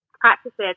practices